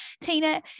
Tina